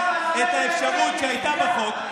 שיניתם עכשיו את האפשרות שהייתה בחוק,